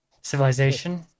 civilization